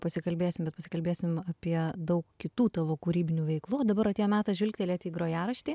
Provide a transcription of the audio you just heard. pasikalbėsim bet pasikalbėsim apie daug kitų tavo kūrybinių veiklų o dabar atėjo metas žvilgtelėti į grojaraštį